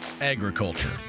agriculture